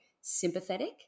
sympathetic